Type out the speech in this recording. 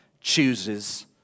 chooses